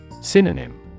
Synonym